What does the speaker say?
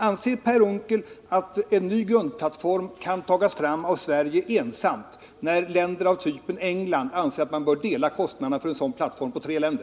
Anser Per Unckel att en ny grundplattform kan tas fram av Sverige ensamt, när länder av typen England anser att man bör dela kostnaderna för en sådan plattform på tre länder?